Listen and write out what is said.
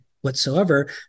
whatsoever